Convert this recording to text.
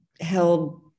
held